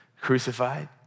crucified